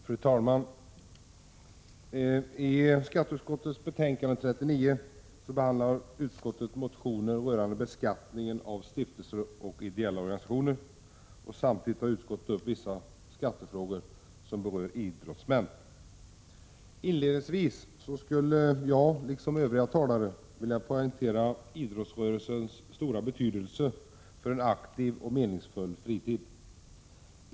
Fru talman! I skatteutskottets betänkande 39 behandlar utskottet motioner rörande beskattningen av stiftelser och ideella organisationer. Samtidigt tar utskottet upp vissa skattefrågor som berör idrottsmän. Inledningsvis skulle jag liksom övriga talare vilja poängtera idrottsrörelsens stora betydelse för en aktiv och meningsfull fritid.